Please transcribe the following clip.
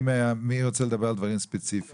מי רוצה לדבר על דברים ספציפיים?